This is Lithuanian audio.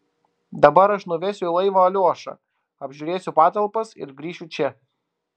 dabar aš nuvesiu į laivą aliošą apžiūrėsiu patalpas ir grįšiu čia